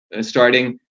starting